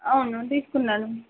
అవును తీసుకున్నాను